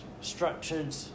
structured